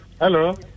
Hello